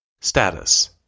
Status